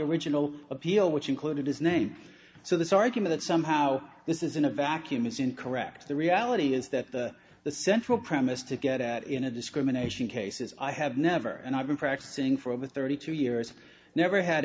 original appeal which included his name so this argument that somehow this is in a vacuum is incorrect the reality is that the central premise to get at in a discrimination cases i have never and i've been practicing for over thirty two years never had